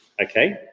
okay